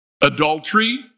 Adultery